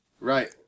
Right